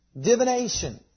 divination